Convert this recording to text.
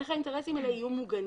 איך האינטרסים האלה יהיו מוגנים.